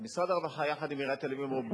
אז משרד הרווחה יחד עם עיריית תל-אביב אמרו,